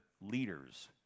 leaders